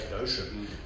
ocean